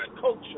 culture